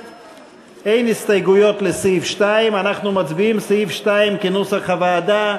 אין הסתייגויות לסעיף 2. אנחנו מצביעים על סעיף 2 כנוסח הוועדה.